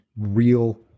real